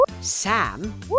Sam